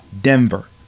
Denver